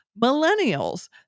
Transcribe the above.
Millennials